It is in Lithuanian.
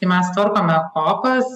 tai mes tvarkome kopas